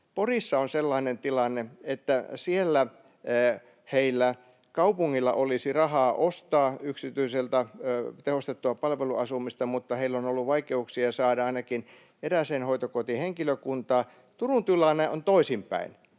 Porissa on sellainen tilanne, että siellä kaupungilla olisi rahaa ostaa yksityiseltä tehostettua palveluasumista mutta heillä on ollut vaikeuksia saada ainakin erääseen hoitokotiin henkilökuntaa, mutta Turun tilanne on toisinpäin: